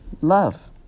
love